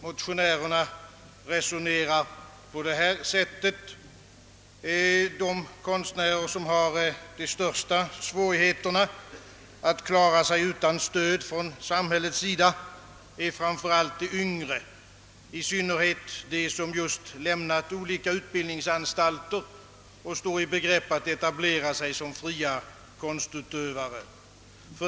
Motionärerna anser, att de konstnärer som har de största svårigheterna att klara sig utan stöd från samhället framför allt är de yngre, i synnerhet de som just lämnat olika utbildningsanstalter och står i begrepp att etablera sig som fria konstutövare.